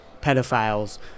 pedophiles